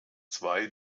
zwei